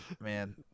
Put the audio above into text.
Man